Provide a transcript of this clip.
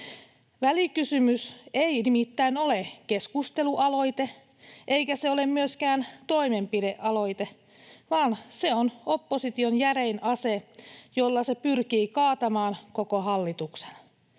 Välikysymys ei nimittäin ole keskustelualoite, eikä se ole myöskään toimenpidealoite, vaan se on opposition järein ase, jolla se pyrkii kaatamaan koko hallituksen.